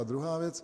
Druhá věc.